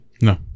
No